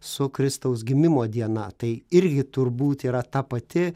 su kristaus gimimo diena tai irgi turbūt yra ta pati